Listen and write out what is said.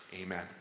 Amen